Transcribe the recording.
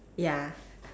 ya